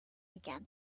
again